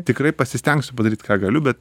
tikrai pasistengsiu padaryt ką galiu bet